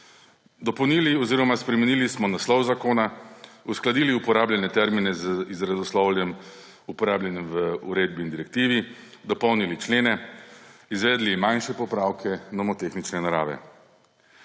Dopolnili oziroma spremenili smo naslov zakona, uskladili uporabljene termine z izrazoslovjem, uporabljenem v uredbi in direktivi, dopolnili člene, izvedli manjše popravke nomotehnične narave.